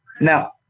Now